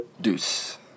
Deuce